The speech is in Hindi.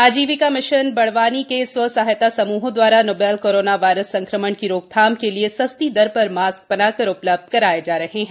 आजीविका मिशन बड़वानी के स्व सहायता समूहो दवारा नोबल कोरोना वायरस संक्रमण की रोकथाम हेतु सस्ती दर पर मास्क बनाकर उपलब्ध कराए जा रहे हैं